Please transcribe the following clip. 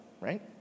right